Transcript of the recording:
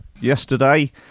yesterday